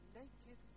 naked